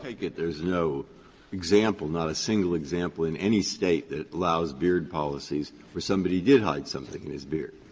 i take it there's no example, not a single example in any state, that allows beard policies where somebody did hide something in his beard.